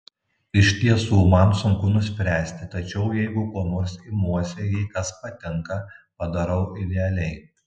iš tiesų man sunku nuspręsti tačiau jeigu ko nors imuosi jei kas patinka padarau idealiai